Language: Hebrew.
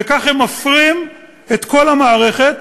וכך הם מפרים את כל המערכת,